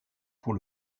pour